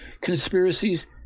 conspiracies